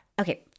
okay